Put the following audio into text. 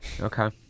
Okay